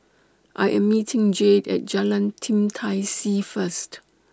I Am meeting Jade At Jalan Tim Tai See First